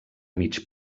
mig